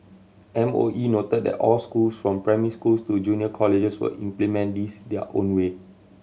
M O E noted that all schools from primary schools to junior colleges will implement this their own way